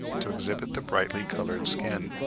to exhibit the brightly-coloured skin.